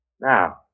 Now